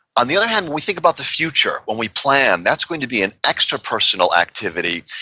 on the other hand, when we think about the future, when we plan, that's going to be an extrapersonal activity,